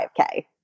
5K